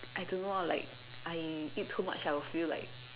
I don't know ah like I eat too much I would feel like